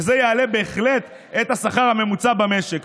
וזה יעלה בהחלט את השכר הממוצע במשק.